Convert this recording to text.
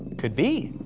could be.